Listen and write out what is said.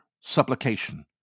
supplication